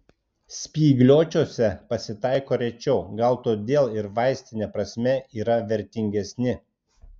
spygliuočiuose pasitaiko rečiau gal todėl ir vaistine prasme yra vertingesni